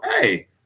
hey